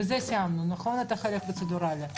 בזה סיימנו את החלק הפרוצדוראלי.